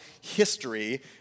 history